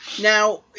Now